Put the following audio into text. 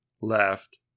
left